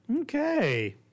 Okay